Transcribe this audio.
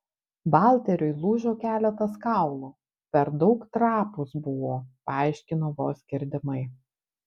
valteriui lūžo keletas kaulų per daug trapūs buvo paaiškino vos girdimai